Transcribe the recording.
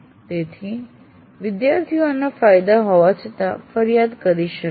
તેથી વિદ્યાર્થીઓ આના ફાયદા હોવા છતાં ફરિયાદ કરી શકે છે